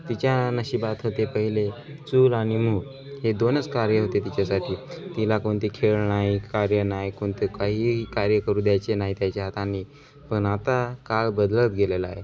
तिच्या नशिबात होते पहिले चूल आणि मूल हे दोनच कार्य होते तिच्यासाठी तिला कोणते खेळ नाही कार्य नाही कोणते काहीही कार्य करू द्यायचे नाही त्याच्या हातानी पण आता काळ बदलत गेलेला आहे